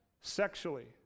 sexually